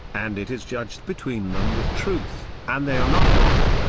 and it is judged between them with truth, and they are not wronged,